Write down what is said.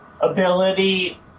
ability